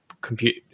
compute